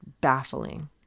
baffling